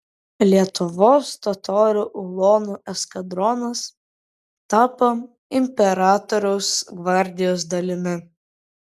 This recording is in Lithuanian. lietuvos totorių ulonų eskadronas tapo imperatoriaus gvardijos dalimi